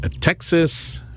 Texas